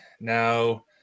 Now